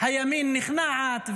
הימין נכנעת וכו',